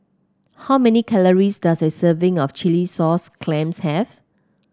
how many calories does a serving of Chilli Sauce Clams have